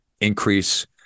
increase